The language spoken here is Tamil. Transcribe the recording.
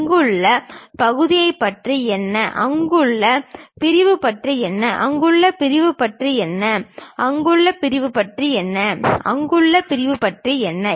இங்குள்ள பகுதியைப் பற்றி என்ன அங்குள்ள பிரிவு பற்றி என்ன அங்குள்ள பிரிவு பற்றி என்ன அங்குள்ள பிரிவு பற்றி என்ன அங்குள்ள பிரிவு பற்றி என்ன